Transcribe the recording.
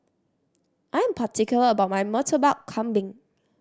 I'm particular about my Murtabak Kambing